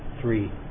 three